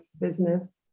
business